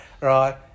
Right